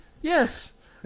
Yes